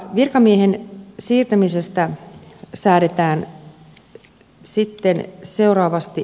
virkamiehen siirtämisestä säädetään seuraavasti